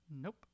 Nope